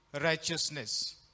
righteousness